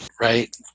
right